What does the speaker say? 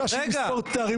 טור פז,